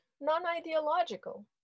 non-ideological